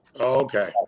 okay